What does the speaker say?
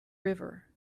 river